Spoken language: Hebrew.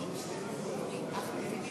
גברתי היושבת-ראש,